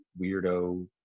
weirdo